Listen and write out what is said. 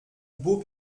beau